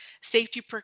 safety